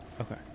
Okay